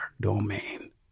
domain